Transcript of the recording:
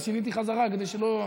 אז שיניתי חזרה כדי שלא,